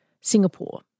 Singapore